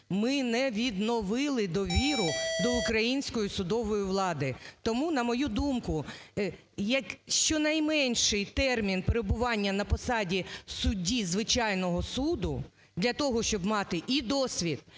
ми не відновили довіру до української судової влади. Тому, на мою думку, як щонайменший термін перебування на посаді судді звичайного суду для того, щоб мати і досвід,